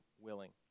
willing